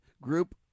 group